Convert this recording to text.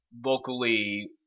vocally